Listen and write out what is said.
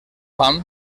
fam